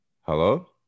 Hello